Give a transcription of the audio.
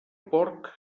porc